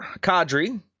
Cadre